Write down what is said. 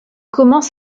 commence